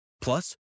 Plus